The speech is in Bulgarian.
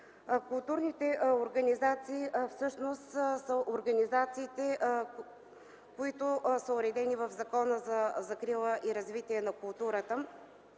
Културните организации всъщност са организациите, които са уредени в Закона за закрила и развитие на културата.